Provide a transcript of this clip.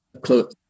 close